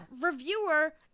reviewer